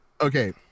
okay